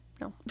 no